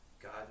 God